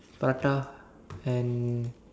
prata and